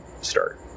start